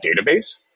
database